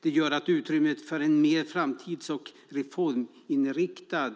Det gör att utrymmet för en mer framtids och reforminriktad